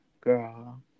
girl